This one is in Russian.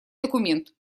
документ